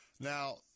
Now